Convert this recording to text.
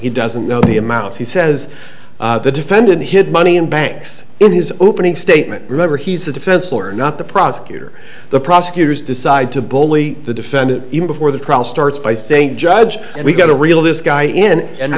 he doesn't know the amounts he says the defendant hid money in banks in his opening statement remember he's the defense lawyer not the prosecutor the prosecutors decide to bully the defendant even before the trial starts by saying judge we got a real this guy